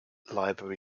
library